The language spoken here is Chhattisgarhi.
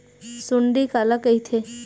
सुंडी काला कइथे?